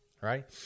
Right